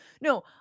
No